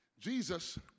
Jesus